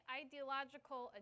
ideological